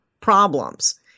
problems